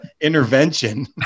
intervention